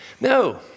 No